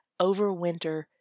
overwinter